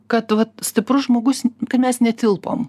kad vat stiprus žmogus kad mes netilpom